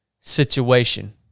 situation